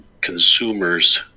consumers